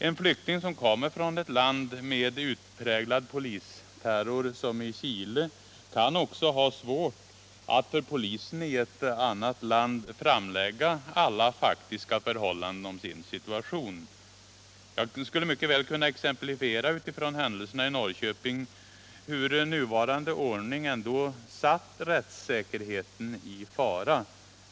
En flykting som kommer från ett land som Chile med utpräglad polisterror kan också ha svårt att för polisen i ett annat land framlägga alla faktiska uppgifter om sin situation. Jag skulle mycket väl kunna exemplifiera utifrån händelserna i Norrköping hur nuvarande ordning satt rättssäkerheten i fara.